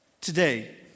Today